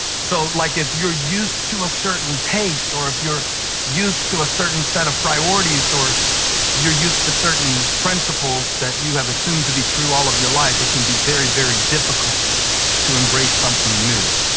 so like if you're used to a certain pace or if you're used to a certain set of priorities or you're used to certain principles that you have assumed to be true all of your life, it can be very, very difficult to embrace something new.